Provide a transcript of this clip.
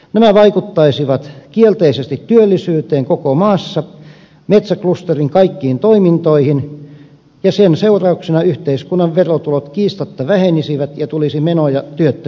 nämä vaikuttaisivat kielteisesti työllisyyteen koko maassa metsäklusterin kaikkiin toimintoihin ja sen seurauksena yhteiskunnan verotulot kiistatta vähenisivät ja tulisi menoja työttömyydestä